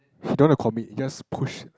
he don't want to commit he just push